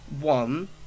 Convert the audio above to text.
one